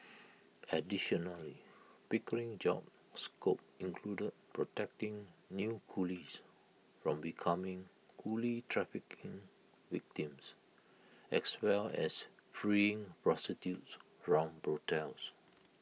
additionally pickering's job scope included protecting new coolies from becoming coolie trafficking victims as well as freeing prostitutes from brothels